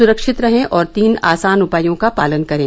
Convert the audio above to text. स्रक्षित रहें और तीन आसान उपायों का पालन करें